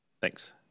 thanks